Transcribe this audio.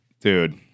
Dude